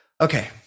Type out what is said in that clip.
Okay